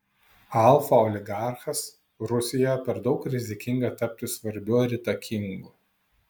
alfa oligarchas rusijoje per daug rizikinga tapti svarbiu ar įtakingu